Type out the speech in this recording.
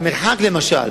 המרחק למשל